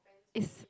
is